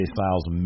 Styles